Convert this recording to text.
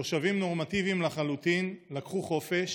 תושבים נורמטיביים לחלוטין לקחו חופש